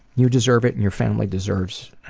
you deserve it and your family deserves